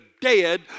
dead